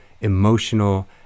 emotional